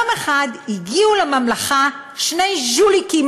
יום אחד הגיעו לממלכה שני ז'וליקים,